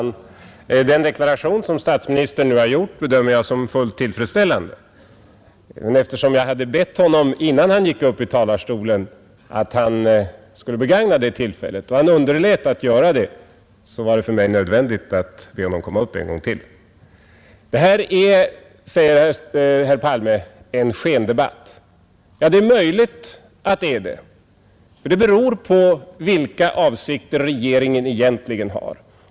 Herr talman! Den deklaration som statsministern nu har gjort bedömer jag som fullt tillfredsställande. Men eftersom jag hade bett honom, innan han gick upp i talarstolen, att han skulle begagna tillfället och han underlät att göra detta, så var det för mig nödvändigt att be honom komma upp en gång till. Det här är, säger herr Palme, en skendebatt. Ja, det är möjligt att det är det — det beror på vilka avsikter regeringen egentligen har.